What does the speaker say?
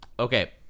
Okay